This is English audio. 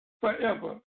forever